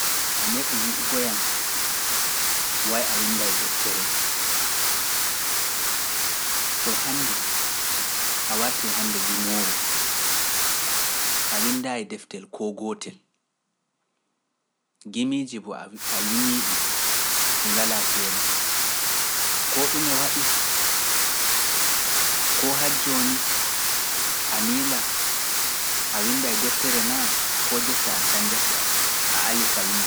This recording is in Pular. A meeɗi wi'ugoyam, way a winnda e deftere, to hannde, a wartii hannde gimoowo, a winnda e deftel koo gootel, gimiiji boo a yimii ɗi, ɗi ngalaa keerol, koo ɗume waɗi, koo hajjooni, a miila, a winnda e deftere naa, koo jotta a cañnjaki a, a alii ka windu.